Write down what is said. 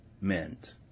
meant